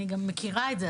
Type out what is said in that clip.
אני גם מכירה את זה,